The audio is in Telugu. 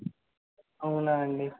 అవునా అండీ